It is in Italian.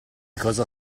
cosa